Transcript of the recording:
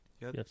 Yes